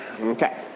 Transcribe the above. Okay